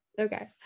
Okay